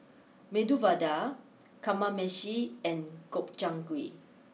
Medu Vada Kamameshi and Gobchang Gui